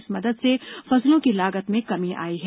इस मदद से फसलों की लागत में कमी आई है